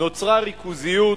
נוצרה ריכוזיות,